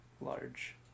large